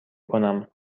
کنم